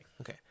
Okay